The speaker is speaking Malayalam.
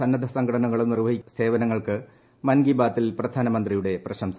സന്നദ്ധ സംഘനകിളും നിർവ്വഹിക്കുന്ന സേവന ങ്ങൾക്ക് മൻ ക്ട്രീ ബാത്തിൽ പ്രധാനമന്ത്രിയുടെ പ്രശംസ